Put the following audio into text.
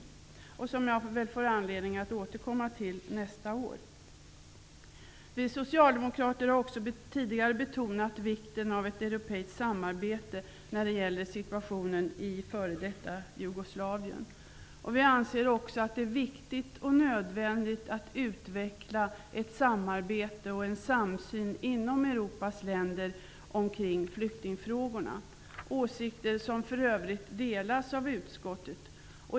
Detta är något som jag väl får anledning att återkomma till nästa år. Vi socialdemokrater har också tidigare betonat vikten av ett europeiskt samarbete när det gäller situationen i f.d. Jugoslavien. Vi anser också att det är viktigt och nödvändigt att utveckla ett samarbete och en samsyn inom Europas länder omkring flyktingfrågorna, åsikter som för övrigt delas av utskottet.